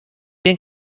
bien